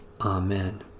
Amen